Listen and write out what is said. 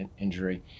injury